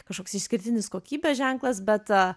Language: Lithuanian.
kažkoks išskirtinis kokybės ženklas bet